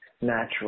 natural